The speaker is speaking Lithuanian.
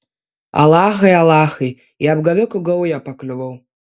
alachai alachai į apgavikų gaują pakliuvau